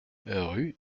rue